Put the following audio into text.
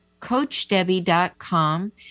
coachdebbie.com